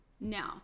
now